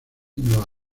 nueva